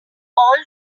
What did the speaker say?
all